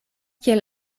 kiel